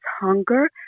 hunger